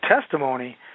testimony